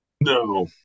No